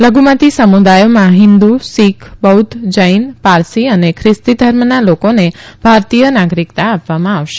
લઘુમતી સમુદાયોમાં હિન્દુ શીખ બૌધ્ધ જૈન પારસી અને ખ્રિસ્તી ધર્મના લોકોને ભારતીય નાગરીકતા આપવામાં આવશે